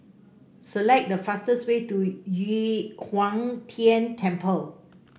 select the fastest way to Yu Huang Tian Temple